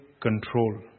control